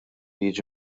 jiġi